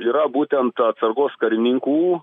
yra būtent atsargos karininkų